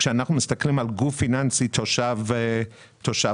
כשאנחנו מסתכלים על גוף פיננסי תושב חוץ,